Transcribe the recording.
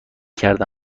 کرده